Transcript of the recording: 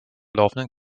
laufenden